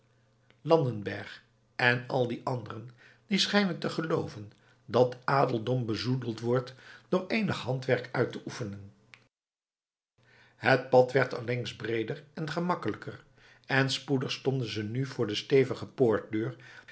geszler landenberg en al die anderen die schijnen te gelooven dat adeldom bezoedeld wordt door eenig handwerk uit te oefenen het pad werd allengs breeder en gemakkelijker en spoedig stonden ze nu voor de stevige poortdeur